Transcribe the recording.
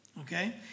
Okay